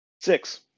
six